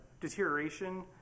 deterioration